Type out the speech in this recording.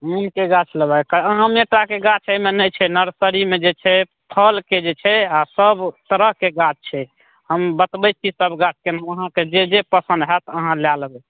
नीमके गाछ लेबै आमे टा के गाछ एहिमे नहि छै नर्सरीमे जे छै फलके जे छै आ सब तरहके गाछ छै हम बतबै छी सब गाछके नाम आहाँके जे जे पसन्द होएत आहाँ लए लेबै